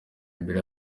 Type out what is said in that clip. imbere